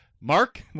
Mark